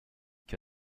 que